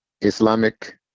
Islamic